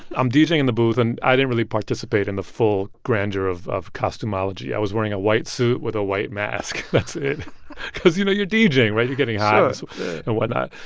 i'm deejaying in the booth, and i didn't really participate in the full grandeur of of costume-ology. i was wearing a white suit with a white mask. that's it because, you know, you're deejaying, right? you're getting hot and whatnot.